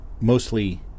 mostly –